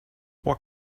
what